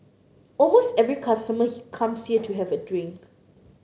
almost every customer comes here to have a drink